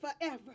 forever